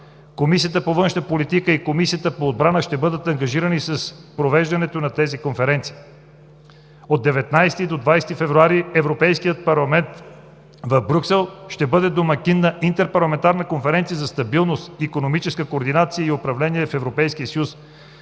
Комисията по външна политика и Комисията по отбрана ще бъдат ангажирани с провеждането на тези конференции. От 19 до 20 февруари Европейският парламент в Брюксел ще бъде домакин на Интерпарламентарна конференция за стабилност, икономическа координация и управление в Европейския съюз.